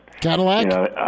Cadillac